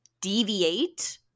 deviate